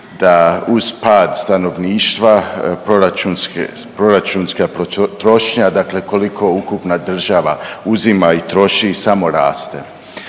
da uz pad stanovništva proračunska potrošnja dakle koliko ukupna država uzima i troši samo raste.